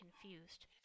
confused